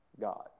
God